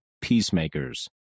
peacemakers